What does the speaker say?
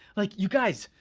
like you guys,